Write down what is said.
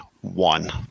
one